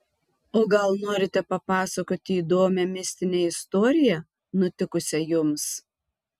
o gal norite papasakoti įdomią mistinę istoriją nutikusią jums